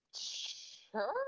sure